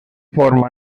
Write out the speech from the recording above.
forma